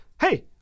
Hey